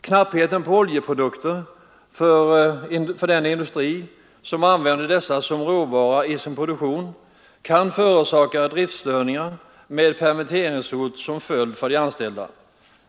Knappheten på oljeprodukter för den industri som använder sådana som råvara i sin produktion kan förorsaka driftstörningar med permitteringshot som följd för de anställda.